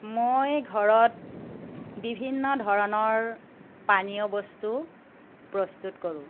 মই ঘৰত বিভিন্ন ধৰণৰ পানীয় বস্তু প্ৰস্তুত কৰোঁ